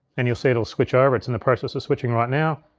and you'll see, it'll switch over. it's in the process of switching right now.